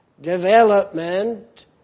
development